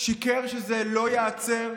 שיקר שזה לא ייעצר,